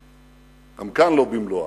גם כאן לא במלואה,